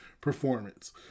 performance